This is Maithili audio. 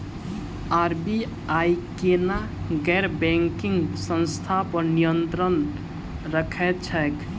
आर.बी.आई केना गैर बैंकिंग संस्था पर नियत्रंण राखैत छैक?